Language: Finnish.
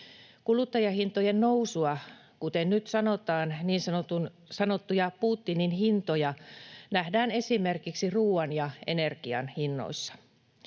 Kuluttajahintojen nousua — kuten nyt sanotaan, niin sanottuja Putinin hintoja — nähdään esimerkiksi ruuan ja energian hinnoissa.